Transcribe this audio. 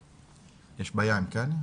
ישראל.